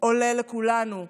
עולה לכולנו בדם.